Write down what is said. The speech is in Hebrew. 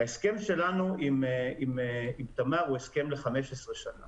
ההסכם שלנו עם תמר הוא ל-15 שנים